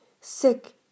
sick